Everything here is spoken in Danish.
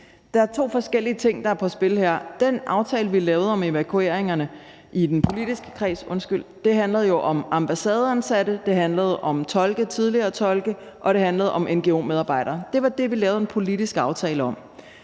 er der to forskellige ting, der er på spil. Den aftale, vi lavede om evakueringerne i den politiske kreds, handlede jo om ambassadeansatte, det handlede om tidligere tolke, og det handlede om ngo-medarbejdere. Det var det, vi lavede en politisk aftale om.